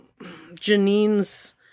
Janine's